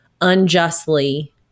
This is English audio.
unjustly